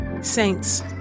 Saints